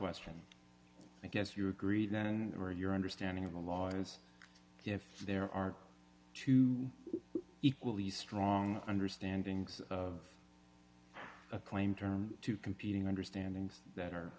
question i guess you agree then or your understanding of the law is if there are two equally strong understanding of a claim term two competing understanding that are